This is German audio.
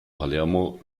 palermo